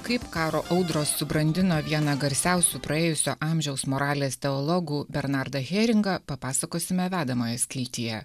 kaip karo audros subrandino vieną garsiausių praėjusio amžiaus moralės teologų bernardą heringą papasakosime vedamoje skiltyje